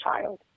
child